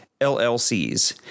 LLCs